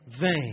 vain